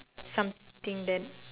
something that